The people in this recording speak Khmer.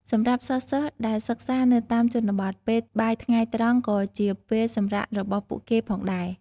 សម្រាប់សិស្សៗដែលសិក្សានៅតាមជនបទ ពេលបាយថ្ងៃត្រង់ក៏ជាពេលសម្រាករបស់ពួកគេផងដែរ។